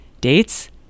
Dates